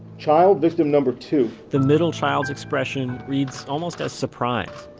child victim number two the middle child's expression reads almost as surprise,